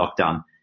lockdown